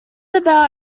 about